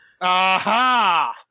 Aha